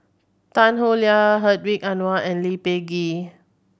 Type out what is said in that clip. Tan Howe Liang Hedwig Anuar and Lee Peh Gee